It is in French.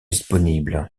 disponibles